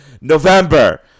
November